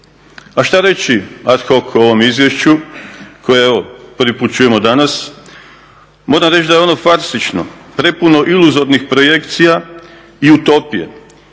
A što reći ad hoc o ovom izvješću koje evo prvi put čujemo danas? Moram reći da je ono farsično, prepuno iluzornih projekcija i utopije.